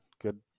Good